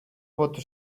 voto